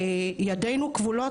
ידינו כבולות.